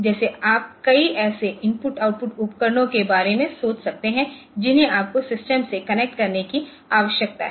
जैसे आप कई ऐसे IO उपकरणों के बारे में सोच सकते हैं जिन्हें आपको सिस्टम से कनेक्ट करने की आवश्यकता है